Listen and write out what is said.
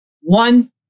one